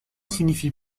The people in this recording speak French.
signifie